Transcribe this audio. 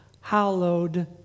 hallowed